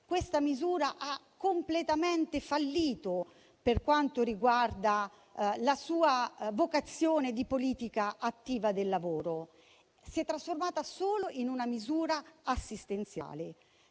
questa misura ha completamente fallito per quanto riguarda la sua vocazione di politica attiva del lavoro. Si è trasformata in una misura assistenziale,